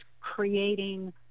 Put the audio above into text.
creating